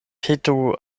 petu